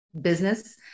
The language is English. business